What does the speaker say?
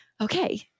okay